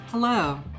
Hello